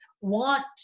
want